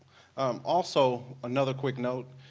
um also another quick note.